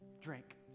Drink